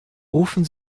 rufen